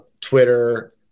Twitter